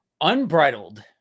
unbridled